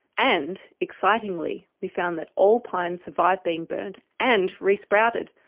and excitingly, we found that all pines survived being burnt and re-sprouted.